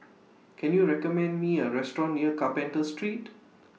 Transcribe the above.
Can YOU recommend Me A Restaurant near Carpenter Street